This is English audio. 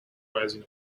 rising